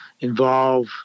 involve